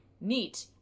neat